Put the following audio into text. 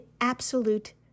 absolute